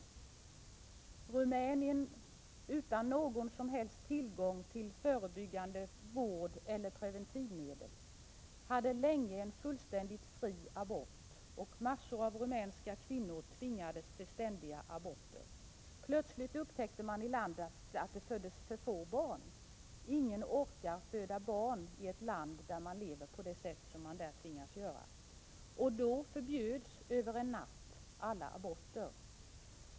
Rumänien, ett land utan någon som helst tillgång till förebyggande vård eller preventivmedel, hade länge fullständigt fri abort, och massor av rumänska kvinnor tvingades till ständiga aborter. Plötsligt upptäckte man i landet att det föddes för få barn. Ingen orkar föda barn i ett land där man lever på det sätt som man tvingas göra i Rumänien. Då förbjöds över en natt alla aborter.